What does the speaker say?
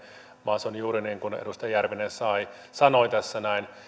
vaan se on juuri niin kuin edustaja järvinen sanoi tässä näin